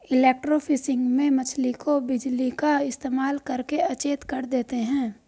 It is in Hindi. इलेक्ट्रोफिशिंग में मछली को बिजली का इस्तेमाल करके अचेत कर देते हैं